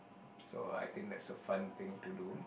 so I think that's a fun thing to do